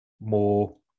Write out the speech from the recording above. more